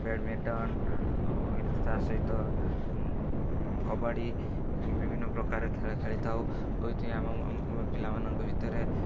badminton with ତା ସହିତ କବାଡ଼ି ବିଭିନ୍ନ ପ୍ରକାର ଖେଳ ଖେଳିଥାଉ ଉଇଥ୍ ଆମ ପିଲାମାନଙ୍କ ଭିତରେ